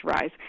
rise